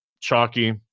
chalky